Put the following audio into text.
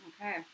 Okay